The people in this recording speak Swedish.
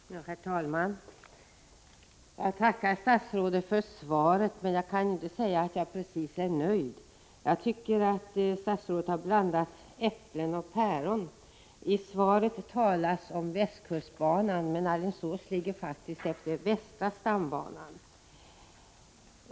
Herr talman! Jag tackar statsrådet för svaret, men jag kan inte precis säga att jag är nöjd. Jag tycker att statsrådet har blandat äpplen och päron. I svaret talas om västkustbanan, men Alingsås ligger faktiskt utefter västra stambanan.